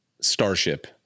starship